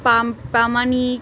পাম প্রামাণিক